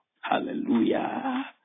Hallelujah